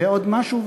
ועוד משהו,